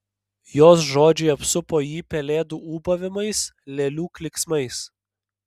jos žodžiai apsupo jį pelėdų ūbavimais lėlių klyksmais